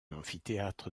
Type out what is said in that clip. amphithéâtre